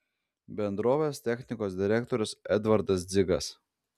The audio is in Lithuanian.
bendrovės technikos direktorius edvardas dzigas